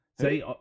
See